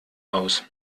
aus